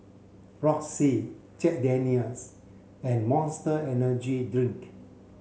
Roxy Jack Daniel's and Monster Energy Drink